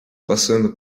passando